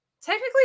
technically